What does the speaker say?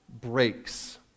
breaks